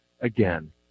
again